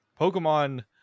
Pokemon